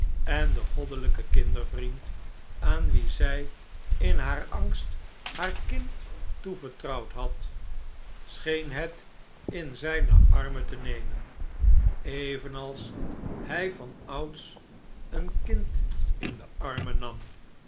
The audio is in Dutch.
en de goddeiyke kindervriend aan wien zij in haar angst haar kind toevertrouwd had scheen het in zflne armen te nemen evenals hjj vanouds een kind in de armen nam